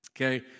okay